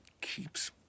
keeps